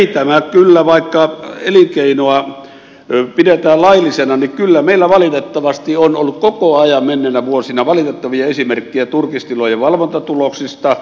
ja kyllä vaikka elinkeinoa pidetään laillisena niin meillä valitettavasti on ollut koko ajan menneinä vuosina valitettavia esimerkkejä turkistilojen valvontatuloksista